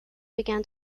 began